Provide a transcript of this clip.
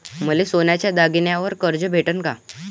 मले सोन्याच्या दागिन्यावर कर्ज भेटन का?